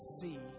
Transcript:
see